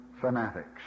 fanatics